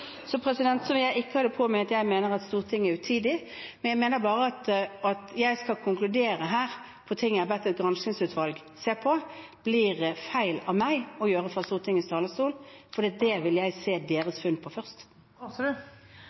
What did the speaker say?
Så vil jeg ikke ha på meg at jeg mener at Stortinget er utidig. Jeg mener bare at det at jeg skal konkludere på ting jeg har bedt et granskingsutvalg se på, blir feil av meg å gjøre fra Stortingets talerstol, for jeg vil se deres funn først. Rigmor Aasrud – til oppfølgingsspørsmål. Jeg mener at statsministeren ikke svarer på